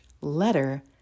letter